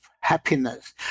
happiness